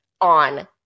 on